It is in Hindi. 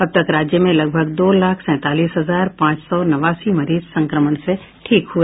अब तक राज्य में लगभग दो लाख सैंतालीस हजार पांच सौ नवासी मरीज संक्रमण से ठीक हुए